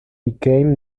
became